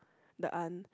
the aunt